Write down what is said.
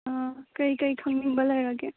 ꯀꯔꯤ ꯀꯔꯤ ꯈꯪꯅꯤꯡꯕ ꯂꯩꯔꯒꯦ